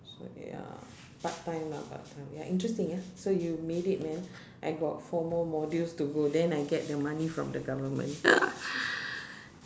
so ya part time lah part time ya interesting ya so you made it man I got four more modules to go than I get the money from the government